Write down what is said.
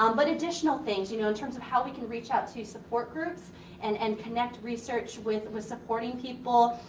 um but additional things you know in terms of how we can reach out to support groups and and connect research with with supporting people?